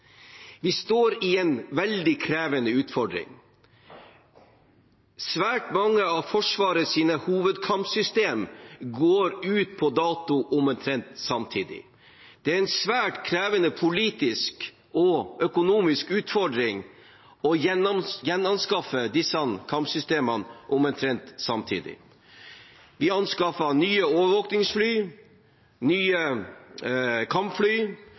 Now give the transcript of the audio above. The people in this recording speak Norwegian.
Vi står i en veldig krevende utfordring. Svært mange av Forsvarets hovedkampsystemer går ut på dato omtrent samtidig. Det er en svært krevende politisk og økonomisk utfordring å gjenanskaffe disse kampsystemene omtrent samtidig. Vi anskaffer nye overvåkningsfly, nye kampfly,